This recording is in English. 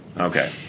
Okay